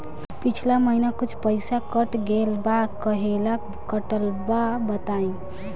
पिछला महीना कुछ पइसा कट गेल बा कहेला कटल बा बताईं?